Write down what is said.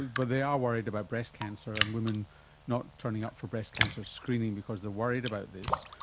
but they are worried about breast cancer and women not turning up for breast cancer screening because they are worried about this.